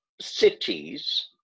cities